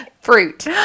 Fruit